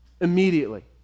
Immediately